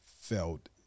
felt